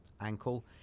ankle